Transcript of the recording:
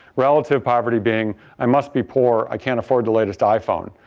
relative poverty being i must be poor i can't afford the latest iphone.